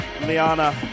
Liana